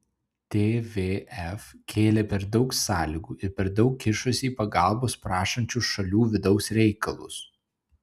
tvf kėlė per daug sąlygų ir per daug kišosi į pagalbos prašančių šalių vidaus reikalus